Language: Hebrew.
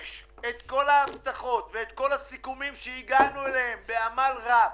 את כל ההבטחות ואת כל הסיכומים שהגענו אליהם בעמל רב,